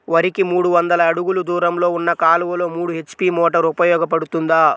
వరికి మూడు వందల అడుగులు దూరంలో ఉన్న కాలువలో మూడు హెచ్.పీ మోటార్ ఉపయోగపడుతుందా?